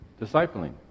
discipling